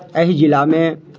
एहि जिलामे